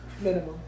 minimum